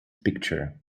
picture